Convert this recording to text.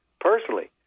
Personally